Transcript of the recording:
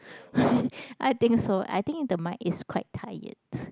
I think so I think the mic is quite tired